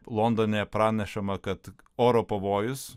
londone pranešama kad oro pavojus